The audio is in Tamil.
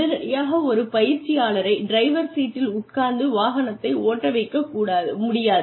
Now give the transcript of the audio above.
உடனடியாக ஒரு பயிற்சியாளரை டிரைவர் சீட்டில் உட்கார்ந்து வாகனத்தை ஓட்ட வைக்க முடியாது